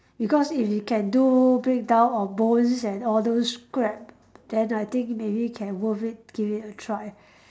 because if it can do break down of bones and all those scrap then I think maybe can worth it give it a try